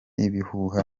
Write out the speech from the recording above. ibihuha